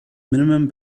minimum